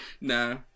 No